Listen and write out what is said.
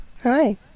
Hi